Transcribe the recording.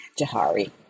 Jahari